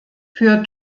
für